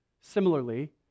similarly